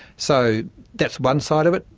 so that's one side of it.